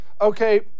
Okay